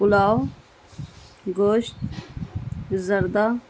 پلاؤ گوشت زردہ